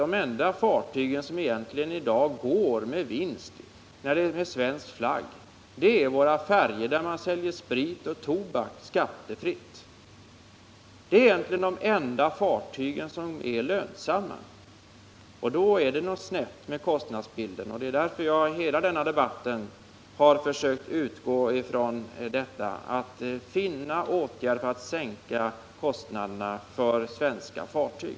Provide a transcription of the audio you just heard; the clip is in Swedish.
De enda fartyg som i dag går med vinst under svensk flagg är våra färjor, där man säljer sprit och tobak skattefritt. Det är egentligen de enda fartyg som är lönsamma. Då är det något snett med kostnadsbilden. Därför har jag under hela denna debatt försökt utgå från att vi skall finna åtgärder som kan sänka kostnaderna för svenska fartyg.